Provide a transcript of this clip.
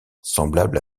semblables